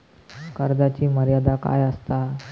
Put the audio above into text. कर्जाची मर्यादा काय असता?